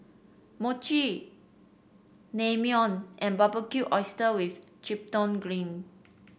Mochi Naengmyeon and Barbecued Oyster with Chipotle Glaze